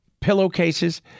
pillowcases